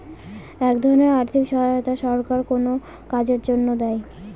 এক ধরনের আর্থিক সহায়তা সরকার কোনো কাজের জন্য দেয়